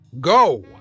Go